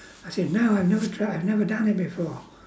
I said no I've never tried I've never done it before